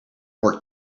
work